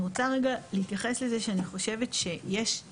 מי שחושב שהוא